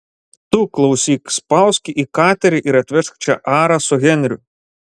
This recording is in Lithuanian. tu klausyk spausk į katerį ir atvežk čia arą su henriu